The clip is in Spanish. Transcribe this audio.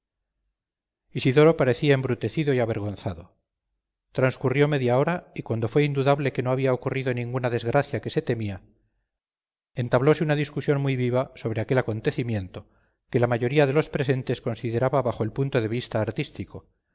mi ama isidoro parecía embrutecido y avergonzado transcurrió media hora y cuando fue indudable que no había ocurrido ninguna desgracia que se temía entablose una discusión muy viva sobre aquel acontecimiento que la mayoría de los presentes consideraba bajo el punto de vista artístico